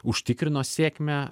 užtikrino sėkmę